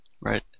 Right